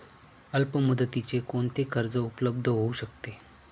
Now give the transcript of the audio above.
अल्पमुदतीचे कोणते कर्ज उपलब्ध होऊ शकते?